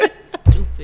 Stupid